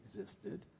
existed